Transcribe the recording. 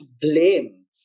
blame